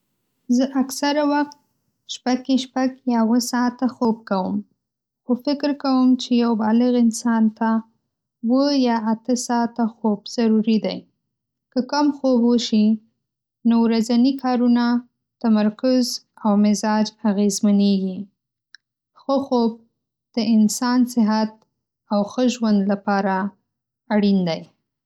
زه اکثره وقت شپه کې ۶ یا ۷ ساعته خوب کوم. خو فکر کوم چې یو بالغ انسان ته ۷ یا ۸ ساعته خوب ضروري دی. که کم خوب وشي، نو ورځني کارونه، تمرکز او مزاج اغېزمنېږي. ښه خوب د انسان صحت او ښه ژوند لپاره اړین دی.